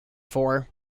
for